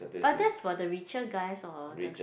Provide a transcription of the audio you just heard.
but that's for the richer guys or the